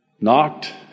knocked